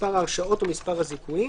מספר ההרשעות ומספר הזיכויים,